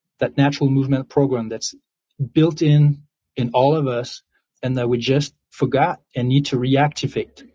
that natural movement program that's built in in all of us and that we just forgot and need to reactivate.